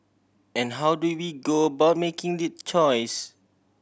and how do we go about making that choice